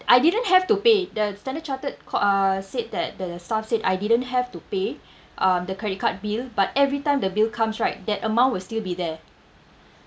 I didn't have to pay the standard chartered ca~ uh said that the staff said I didn't have to pay uh the credit card bill but every time the bill comes right that amount will still be there